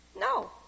No